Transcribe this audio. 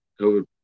COVID